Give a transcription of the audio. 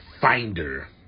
finder